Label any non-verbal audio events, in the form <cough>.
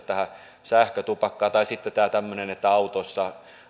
<unintelligible> tähän sähkötupakkaan tai sitten tämäntyyppiset autossa